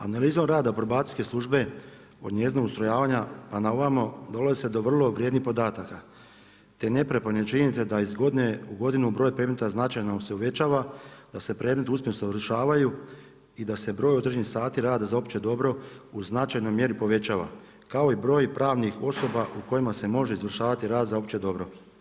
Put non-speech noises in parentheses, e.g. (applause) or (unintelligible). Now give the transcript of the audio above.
Analizom rada probacijske službe od njezinog ustrojavanja pa na ovamo dolazi se do vrlo vrijednih podataka, te neprijeporne činjenice da iz godine u godinu broj predmeta značajno se uvećava, da se predmeti … (unintelligible) rješavaju i da se broj određenih sati rada za opće dobro u značajnoj mjeri povećava kao i broj pravnih osoba u kojima se može izvršavati rad za opće dobro.